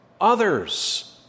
Others